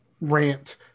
rant